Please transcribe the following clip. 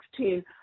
2016